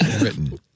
written